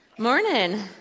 Morning